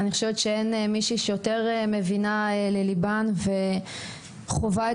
אני חושבת שאין מישהי שיותר מבינה לליבן וחווה את